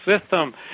system